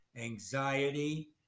anxiety